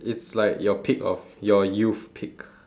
it's like your peak of your youth peak